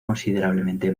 considerablemente